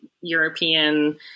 european